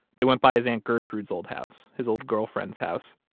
they went by his aunt gertrude's old house, his old girlfriend's house.